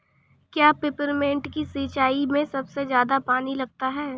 क्या पेपरमिंट की सिंचाई में सबसे ज्यादा पानी लगता है?